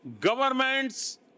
governments